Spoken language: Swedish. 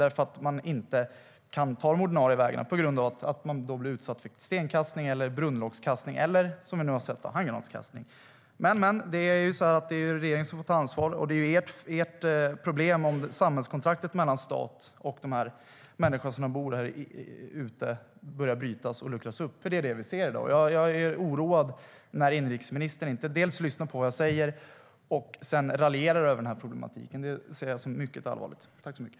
De kan inte ta de ordinarie vägarna på grund av att de då blir utsatta för stenkastning, brunnslockskastning eller - som vi nu har sett - handgranatskastning. Men, det är ju regeringen som får ta ansvar. Och det är ert problem, Anders Ygeman, om samhällskontraktet mellan stat och människorna som bor i utanförskapsområden börjar brytas och luckras upp. Det är nämligen det vi ser i dag. Jag blir oroad när inrikesministern inte lyssnar på vad jag säger och sedan raljerar över problematiken. Det ser jag som mycket allvarligt.